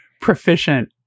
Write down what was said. proficient